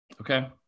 Okay